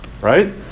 right